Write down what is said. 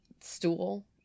stool